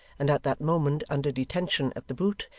and at that moment under detention at the boot,